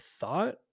thought